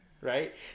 Right